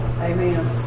Amen